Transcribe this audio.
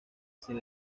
sin